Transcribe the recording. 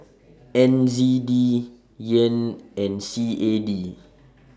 N Z D Yen and C A D